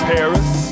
Paris